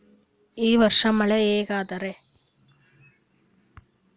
ಈ ವರ್ಷ ಮಳಿ ಹೆಂಗ ಅದಾರಿ?